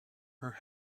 her